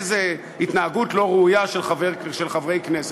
איזה התנהגות לא ראויה של חברי כנסת.